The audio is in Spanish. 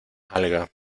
alga